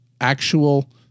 actual